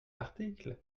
article